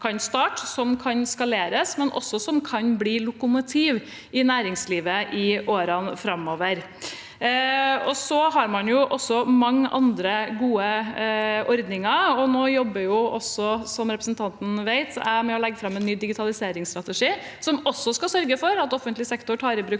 kan skaleres, men som også kan bli lokomotiver i næringslivet i årene framover. Man har også mange andre gode ordninger, og jeg jobber også nå, som representanten vet, med å legge fram en ny digitaliseringsstrategi, som også skal sørge for at offentlig sektor tar i bruk